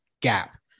gap